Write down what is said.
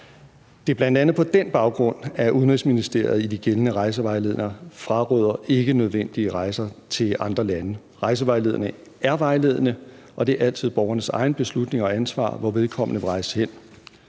Det er bl.a. på den baggrund, at Udenrigsministeriet i de gældende rejsevejledninger fraråder ikkenødvendige rejser til andre lande. Rejsevejledningen er vejledende, og det er altid borgerens egen beslutning og ansvar, hvor vedkommende vil rejse hen.